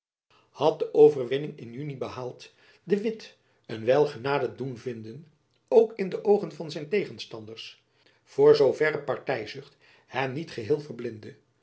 had de overwinning in juny behaald de witt een wijl genade doen vinden ook in de oogen van zijn tegenstanders voor zoo verre partyzucht hen niet geheel verblindde